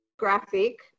Graphic